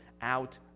out